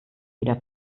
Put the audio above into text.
wieder